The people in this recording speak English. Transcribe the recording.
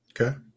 Okay